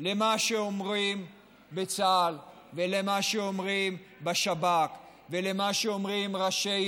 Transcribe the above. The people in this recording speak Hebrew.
למה שאומרים בצה"ל ולמה שאומרים בשב"כ ולמה שאומרים ראשי